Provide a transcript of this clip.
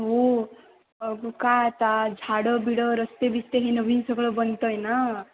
हो अगं काय आता झाडं बिडं रस्ते बिस्ते हे नवीन सगळं बनतं आहे ना